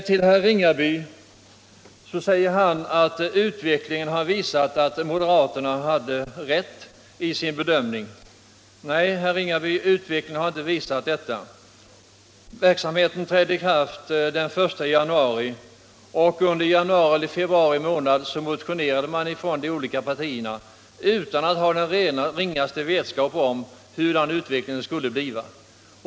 Herr Ringaby säger att utvecklingen har visat att moderaterna hade rätt i sin bedömning. Nej, herr Ringaby, utvecklingen har inte visat detta. Verksamheten trädde i kraft den 1 januari, och under januari eller februari månad motionerades det ifrån de olika partierna utan att man hade den ringaste vetskap om utvecklingen...